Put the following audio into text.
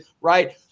Right